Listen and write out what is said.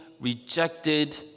rejected